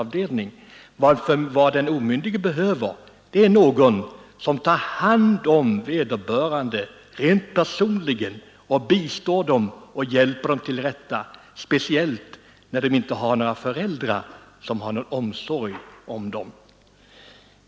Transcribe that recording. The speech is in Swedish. Vad den omyndige behöver är någon som tar hand om honom helt personligen och bistår honom och hjälper honom till rätta speciellt när han inte har några föräldrar eller andra som tar omsorg om honom.